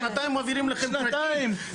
שנתיים מעבירים לכם פרטים,